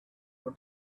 for